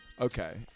Okay